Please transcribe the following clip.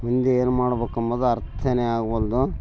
ಮುಂದೆ ಏನು ಮಾಡಬೇಕ್ ಅಂಬೋದು ಅರ್ಥ ಆಗವಲ್ದು